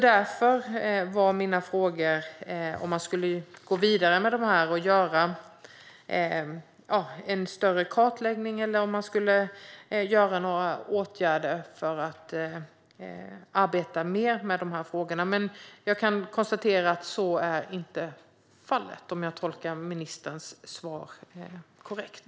Därför frågade jag om man ska gå vidare och göra en större kartläggning eller vidta några åtgärder för att arbeta mer med de här frågorna. Men om jag tolkar ministerns svar på ett korrekt sätt kan jag konstatera att så inte är fallet.